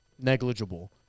negligible